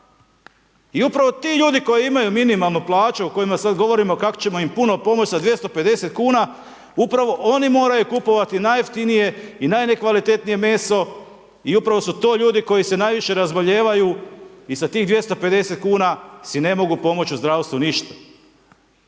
i upravo ti ljudi koji imaju minimalnu plaću o kojima sada govorimo kako ćemo im puno pomoći sa 250 kuna upravo oni moraju kupovati najjeftinije i najnekvalitetnije meso i upravo su to ljudi koji se najviše razboljevaju i sa tih 250 kuna si ne mogu pomoći u zdravstvu ništa.